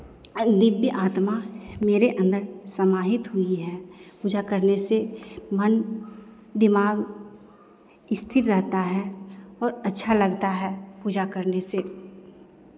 दिव्य आत्मा मेरे अंदर समाहित हुई है पूजा करने से मन दिमाग स्थिर रहता है और अच्छा लगता है पूजा करने से